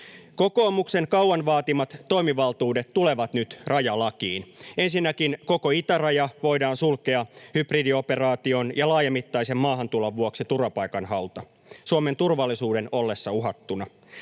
Kokoomuksen kauan vaatimat toimivaltuudet tulevat nyt rajalakiin. Ensinnäkin, koko itäraja voidaan sulkea hybridioperaation ja laajamittaisen maahantulon vuoksi turvapaikanhaulta Suomen turvallisuuden ollessa uhattuna.